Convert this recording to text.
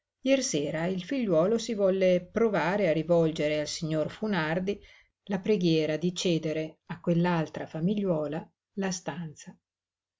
viaggio jersera il figliuolo si volle provare a rivolgere al signor funardi la preghiera di cedere a quell'altra famigliuola la stanza